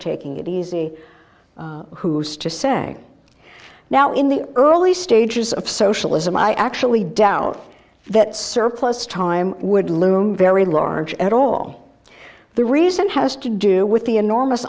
taking it easy who's to say now in the early stages of socialism i actually doubt that surplus time would loom very large at all the reason has to do with the enormous